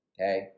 okay